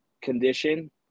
condition